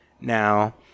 Now